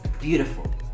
beautiful